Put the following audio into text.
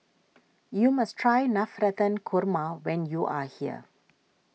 you must try Navratan Korma when you are here